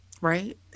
right